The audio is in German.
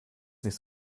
nicht